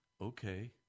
okay